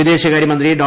വിദേശകാര്യ മന്ത്രി ഡോ